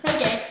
Okay